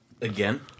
Again